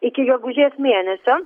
iki gegužės mėnesio